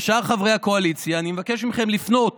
ושאר חברי הקואליציה, אני מבקש מכם לפנות